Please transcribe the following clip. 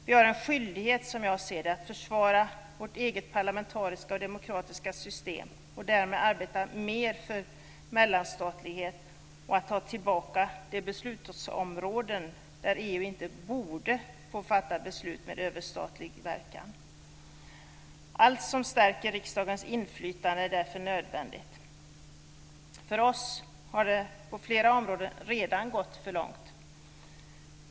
Vi har en skyldighet att försvara vårt eget parlamentariska och demokratiska system och därmed arbeta mer för mellanstatlighet och att ta tillbaka de beslutsområden där EU inte borde få fatta beslut med överstatlig verkan. Allt som stärker riksdagens inflytande är därför nödvändigt. För oss har det på flera områden redan gått för långt.